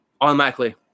Automatically